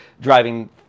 driving